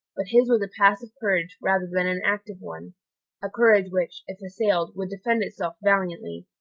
but his was a passive courage rather than an active one a courage which, if assailed, would defend itself valiantly,